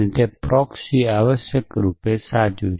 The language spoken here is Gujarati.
તેથી તે પ્રોક્સી આવશ્યકરૂપે સાચું છે